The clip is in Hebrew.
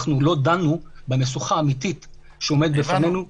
אנחנו לא דנו במשוכה האמיתית שעומדת בפנינו -- הבנו,